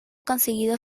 conseguido